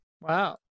Wow